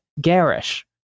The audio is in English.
garish